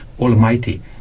Almighty